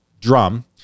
drum